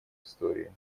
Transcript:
истории